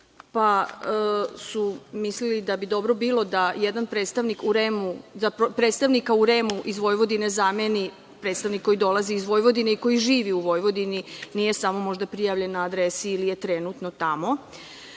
pa su mislili da bi dobro bilo da predstavnika u REM-u iz Vojvodine zameni predstavnik koji dolazi iz Vojvodine i koji živi u Vojvodini, nije možda samo prijavljen na adresi ili je trenutno